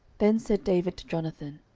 then said david to jonathan,